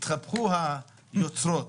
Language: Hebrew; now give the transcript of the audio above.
התהפכו היוצרות.